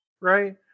right